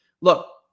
Look